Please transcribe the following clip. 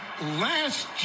last